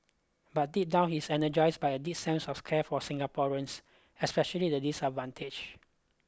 but deep down he is energized by a deep sense of care for Singaporeans especially the disadvantage